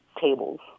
tables